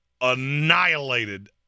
annihilated